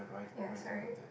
ya sorry